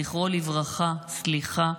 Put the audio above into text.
זכרו לברכה, סליחה,